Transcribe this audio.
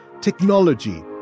technology